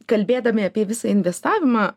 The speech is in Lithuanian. kalbėdami apie visą investavimą